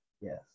Yes